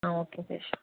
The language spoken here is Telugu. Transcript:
ఓకే శేషు